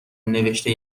نوشته